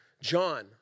John